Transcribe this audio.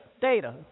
data